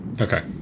Okay